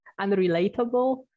unrelatable